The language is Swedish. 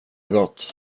gott